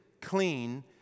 clean